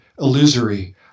illusory